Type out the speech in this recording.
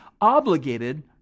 obligated